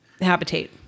Habitate